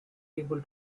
able